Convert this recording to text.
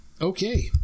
Okay